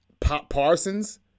Parsons